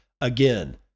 Again